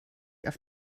auf